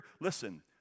Listen